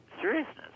seriousness